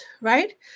right